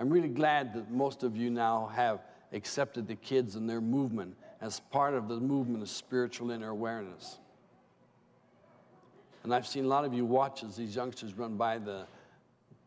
i'm really glad that most of you now have accepted the kids in their movement as part of the movement of spiritual inner awareness and i've seen a lot of you watch as these youngsters run by the